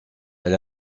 elle